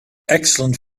excellent